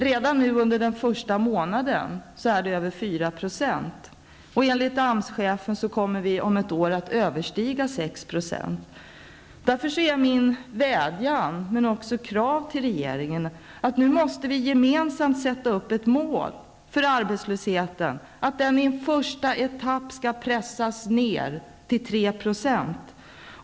Redan efter årets första månad är den över 4 %. Enligt AMS-chefen kommer den om ett år att överstiga 6 %. Därför vill jag framföra en vädjan och ett krav till regeringen att vi nu gemensamt sätter upp målet att arbetslösheten i en första etapp skall pressas ned till 3 %.